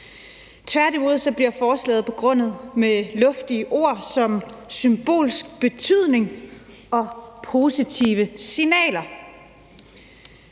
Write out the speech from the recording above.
Tværtimod bliver forslaget begrundet med luftige ord, symbolsk betydning og positive signaler.